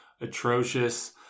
atrocious